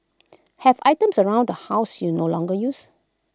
have items around the house you no longer use